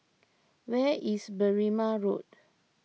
where is Berrima Road